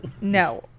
No